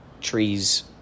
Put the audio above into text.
trees